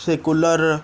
ସେ କୁଲର୍